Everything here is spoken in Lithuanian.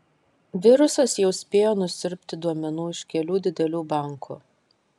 virusas jau spėjo nusiurbti duomenų iš kelių didelių bankų